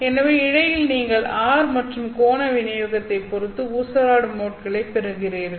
எனவே இழையில் நீங்கள் r மற்றும் கோண விநியோகத்தைப் பொறுத்து ஊசலாடும் மோட்களை விரும்புகிறீர்கள்